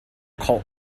cult